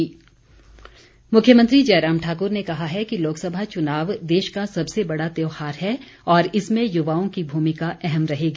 मुख्यमंत्री मुख्यमंत्री जयराम ठाक्र ने कहा है कि लोकसभा चुनाव देश का सबसे बड़ा त्योहार है और इसमें युवाओं की भूमिका अहम रहेगी